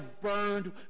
burned